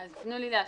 אז תנו לי להשלים.